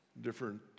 different